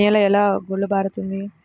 నేల ఎలా గుల్లబారుతుంది?